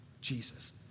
Jesus